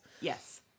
Yes